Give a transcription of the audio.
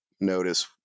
notice